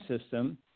system